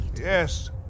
yes